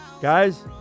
Guys